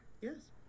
Yes